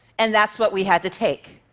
and that's what we had to take.